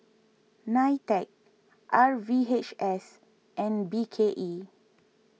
Nitec R V H S and B K E